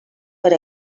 per